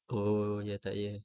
oh ya tak ya